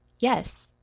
yes.